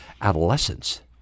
adolescents